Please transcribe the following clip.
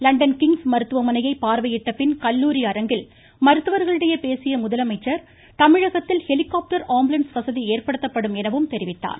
London Kings மருத்துவமனையை பார்வையிட்ட பின் கல்லூரி அரங்கில் மருத்துவர்களிடையே பேசிய முதலமைச்சர் தமிழகத்தில் ஹெலிகாப்டர் ஆம்புலன்ஸ் வசதி ஏற்படுத்தப்படும் என தெரிவித்துள்ளார்